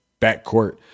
backcourt